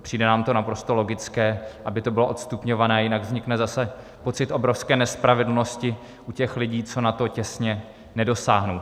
Přijde nám to naprosto logické, aby to bylo odstupňované, jinak vznikne zase pocit obrovské nespravedlnosti u těch lidí, co na to těsně nedosáhnou.